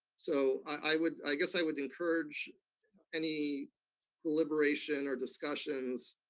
so i would, i guess i would encourage any deliberation or discussions